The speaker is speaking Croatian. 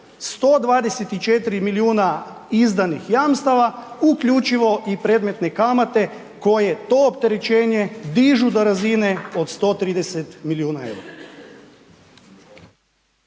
124 milijuna izdanih jamstava, uključivo i predmetne kamate koje to opterećenje dižu do razine od 130 milijuna eura.